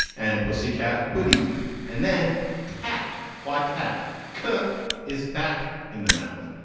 and pussycat buddhi and then pat why tak ka is back in the mouth.